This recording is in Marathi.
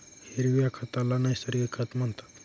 हिरव्या खताला नैसर्गिक खत म्हणतात